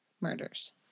murders